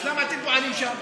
אז למה אתם פועלים שם?